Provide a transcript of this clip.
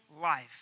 life